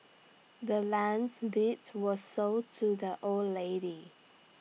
the land's deeds was sold to the old lady